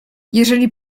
jeżeli